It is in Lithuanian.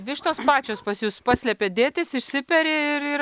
vištos pačios pas jus paslepia dėtis išsiperi ir ir